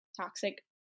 toxic